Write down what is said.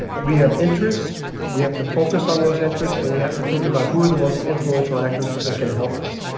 we have interests. we have to focus on those interests and we have to think about who are the most influential actors that can help us.